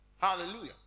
Hallelujah